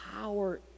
power